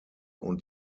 und